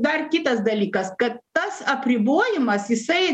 dar kitas dalykas ka tas apribojimas jisai